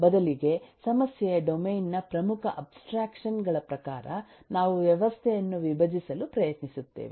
ಬದಲಿಗೆ ಸಮಸ್ಯೆಯ ಡೊಮೇನ್ನ ಪ್ರಮುಖ ಅಬ್ಸ್ಟ್ರಾಕ್ಷನ್ ಗಳ ಪ್ರಕಾರ ನಾವು ವ್ಯವಸ್ಥೆಯನ್ನು ವಿಭಜಿಸಲು ಪ್ರಯತ್ನಿಸುತ್ತೇವೆ